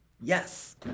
Yes